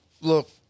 look